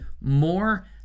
more